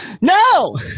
no